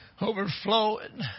overflowing